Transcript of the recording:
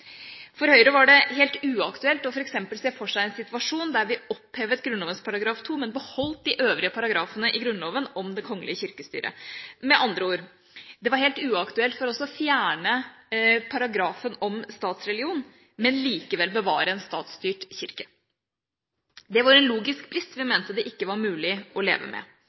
For Høyre var det f.eks. helt uaktuelt å se for seg en situasjon der vi opphevet Grunnloven § 2, men beholdt de øvrige paragrafene i Grunnloven om det kongelige kirkestyre. Med andre ord: Det var helt uaktuelt for oss å fjerne paragrafen om statsreligion, men likevel bevare en statsstyrt kirke. Det var en logisk brist vi mente det ikke var mulig å leve med.